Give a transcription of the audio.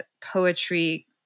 poetry